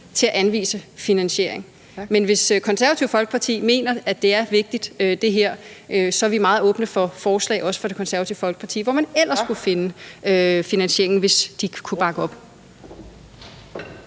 at anvise finansiering. Men hvis Det Konservative Folkeparti mener, at det her er vigtigt, så er vi meget åbne for forslag, også fra Det Konservative Folkeparti, om, hvor man ellers kunne finde finansieringen – hvis de kunne bakke op.